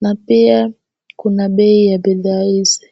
Na pia, kuna bei ya bidhaa hizi.